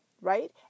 Right